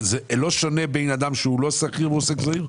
זה לא שונה מבן אדם שהוא לא שכיר והוא עוסק זעיר?